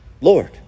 Lord